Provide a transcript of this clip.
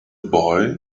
boy